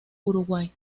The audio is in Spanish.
uruguay